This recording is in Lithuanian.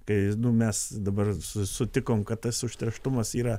kai mes dabar su sutikome kad tas užterštumas yra